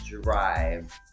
Drive